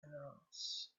emeralds